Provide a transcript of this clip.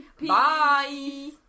Bye